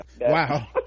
wow